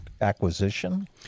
acquisition